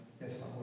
Yes